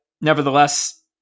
nevertheless